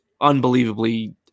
unbelievably